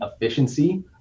efficiency